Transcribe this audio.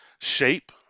shape